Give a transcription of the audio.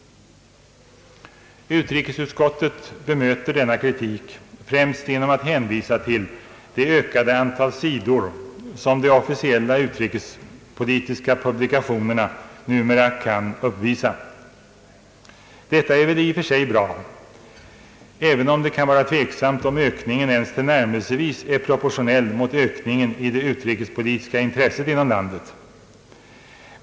Utrikesutskottet bemöter denna kritik främst genom att hänvisa till det ökade antal sidor som de officiella utrikespolitiska publikationerna numera kan uppvisa. Detta är väl i och för sig bra, även om det kan vara tveksamt om ökningen tillnärmelsevis är proportionell mot ökningen i det utrikespolitiska intresset inom landet.